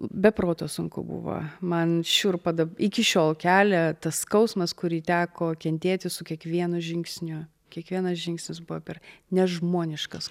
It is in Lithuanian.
be proto sunku buvo man šiurpą iki šiol kelia tas skausmas kurį teko kentėti su kiekvienu žingsniu kiekvienas žingsnis buvo per nežmoniškas